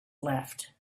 left